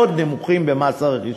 מאוד נמוכים במס הרכישה.